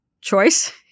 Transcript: choice